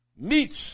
meets